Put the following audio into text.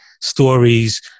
stories